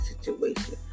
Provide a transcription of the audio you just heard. situation